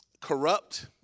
corrupt